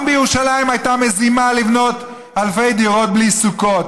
גם בירושלים הייתה מזימה לבנות אלפי דירות בלי סוכות.